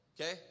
Okay